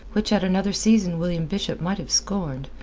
which at another season william bishop might have scorned,